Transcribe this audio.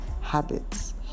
habits